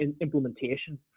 implementation